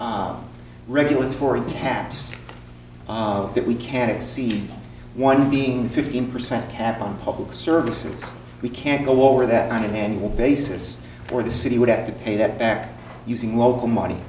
regulatory caps that we can exceed one being fifteen percent cap on public services we can't go over that on a manual basis or the city would have to pay that back using local money